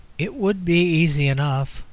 it would be easy enough,